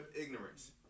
ignorance